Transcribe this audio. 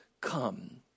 come